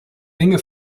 länge